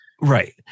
Right